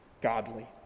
godly